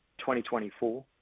2024